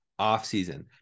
offseason